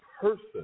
person